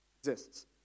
exists